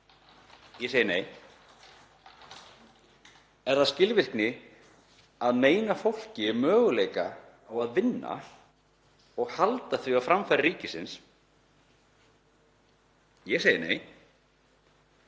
Ég segi nei. Er það skilvirkni að neita fólki um möguleika á að vinna og halda því á framfæri ríkisins? Ég segi nei.